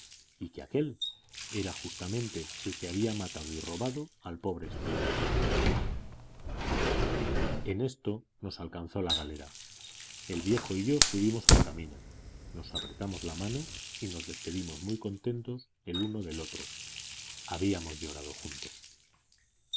y que aquél era justamente el que había matado y robado al pobre extranjero en esto nos alcanzó la galera el viejo y yo subimos al camino nos apretamos la mano y nos despedimos muy contentos el uno de otro habíamos llorado juntos